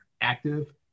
active